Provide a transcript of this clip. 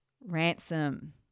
Ransom